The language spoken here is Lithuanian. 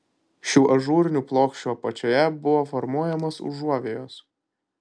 šių ažūrinių plokščių apačioje buvo formuojamos užuovėjos